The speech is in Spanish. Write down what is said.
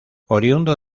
oriundo